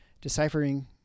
deciphering